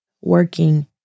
working